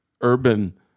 urban